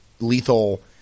lethal